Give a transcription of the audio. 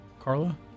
Carla